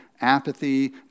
apathy